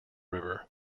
river